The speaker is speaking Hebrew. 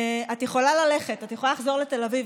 את יכולה ללכת, את יכולה לחזור לתל אביב.